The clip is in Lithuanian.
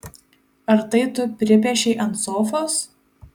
ar tai tu pripiešei ant sofos